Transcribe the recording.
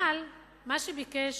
אבל מה שביקש